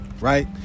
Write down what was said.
right